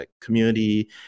community